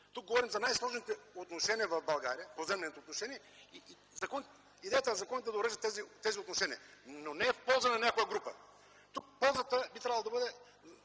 Тук говорим за най-сложните отношения в България – поземлените отношения. Идеята е законите да уреждат тези отношения, но не в полза на някоя група. Тук ползата трябва да бъде